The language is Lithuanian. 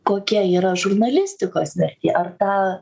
kokia yra žurnalistikos vertė ar ta